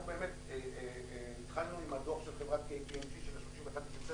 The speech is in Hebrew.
אנחנו באמת התחלנו עם הדוח של חברת KPMG של ה-31 לדצמבר,